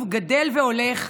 ואיום,